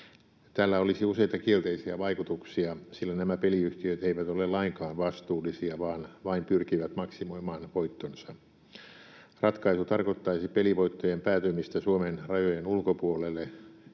Sillä olisi useita kielteisiä vaikutuksia, sillä nämä peliyhtiöt eivät ole lainkaan vastuullisia vaan vain pyrkivät maksimoimaan voittonsa. Ratkaisu tarkoittaisi pelivoittojen päätymistä Suomen rajojen ulkopuolelle